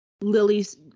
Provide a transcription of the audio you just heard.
Lily's